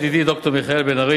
ידידי ד"ר מיכאל בן-ארי,